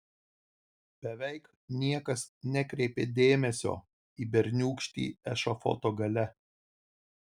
beveik niekas nekreipė dėmesio į berniūkštį ešafoto gale